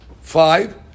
five